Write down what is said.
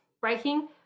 Breaking